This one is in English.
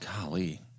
Golly